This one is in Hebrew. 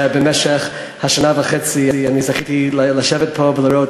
במשך שנה וחצי אני זכיתי לשבת פה ולראות